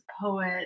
poet